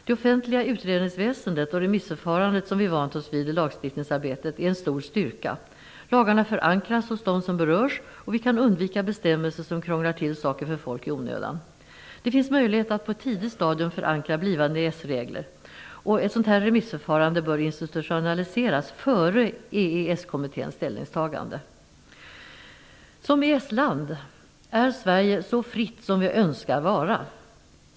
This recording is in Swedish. Det offentliga utredningsväsendet och remissförfarandet som vi vant oss vid i lagstiftningsarbetet är en stor styrka. Lagarna förankras hos dem som berörs, och vi kan undvika bestämmelser som krånglar till saker för folk i onödan. Det finns möjlighet att på ett tidigt stadium förankra blivande EES-regler. Ett sådant remissförfarande bör institutionaliseras före EES Som EES-land är Sverige så fritt som vi önskar.